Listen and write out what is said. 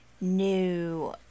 new